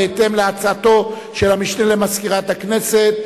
בהתאם להצעתו של המשנה למזכירת הכנסת,